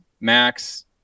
Max